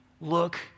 Look